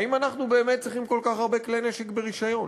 האם אנחנו באמת צריכים כל כך הרבה כלי נשק ברישיון?